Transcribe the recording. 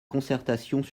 concertations